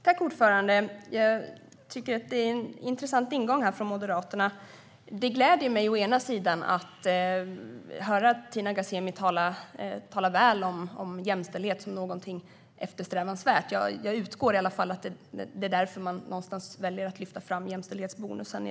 Fru talman! Moderaterna har en intressant ingång. Det gläder mig å ena sidan att höra Tina Ghasemi tala väl om jämställdhet som något eftersträvansvärt. Jag utgår från att det är därför man väljer att lyfta fram jämställdhetsbonusen.